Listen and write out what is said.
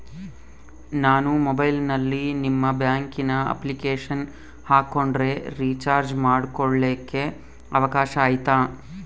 ನಾನು ಮೊಬೈಲಿನಲ್ಲಿ ನಿಮ್ಮ ಬ್ಯಾಂಕಿನ ಅಪ್ಲಿಕೇಶನ್ ಹಾಕೊಂಡ್ರೆ ರೇಚಾರ್ಜ್ ಮಾಡ್ಕೊಳಿಕ್ಕೇ ಅವಕಾಶ ಐತಾ?